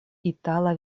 itala